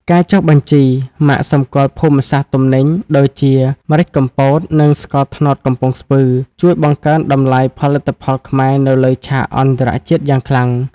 ការចុះបញ្ជី "ម៉ាកសម្គាល់ភូមិសាស្ត្រទំនិញ" ដូចជា ម្រេចកំពត និងស្ករត្នោតកំពង់ស្ពឺ ជួយបង្កើនតម្លៃផលិតផលខ្មែរនៅលើឆាកអន្តរជាតិយ៉ាងខ្លាំង។